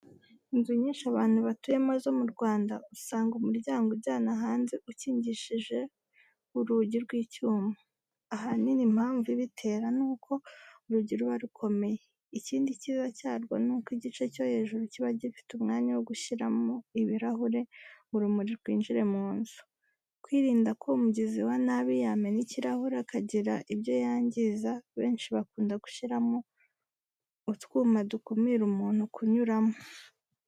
Inzu nyinshi abantu batuyemo zo mu Rwanda, usanga umuryango ujyana hanze ukingishijwe urugi rw'icyuma. Ahanini impamvu ibitera ni uko urugi ruba rukomeye. Ikindi kiza cyarwo ni uko igice cyo hejuru kiba gifite umwanya wo gushyiramo ibirahure ngo urumuri rwinjire mu nzu. Kwirinda ko umugizi wa nabi yamena ikirahure akagira ibyo yangiza, benshi bakunda gushyiramo utwuma dukumira umuntu kunyuramo.